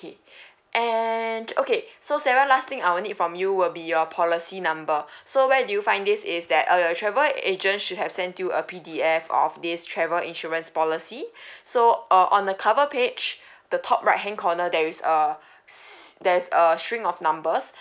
and okay so sarah last thing I will need from you will be your policy number so where do you find this is that or your travel agent should have sent you a P_D_F of this travel insurance policy so uh on the cover page the top right hand corner there is err si~ there's a string of numbers